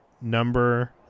number